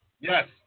Yes